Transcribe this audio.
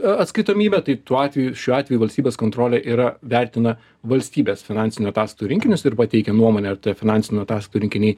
atskaitomybę tai tuo atveju šiuo atveju valstybės kontrolė yra vertina valstybės finansinių ataskaitų rinkinius ir pateikia nuomonę ar tie finansinių ataskaitų rinkiniai